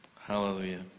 Hallelujah